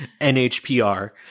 NHPR